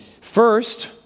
First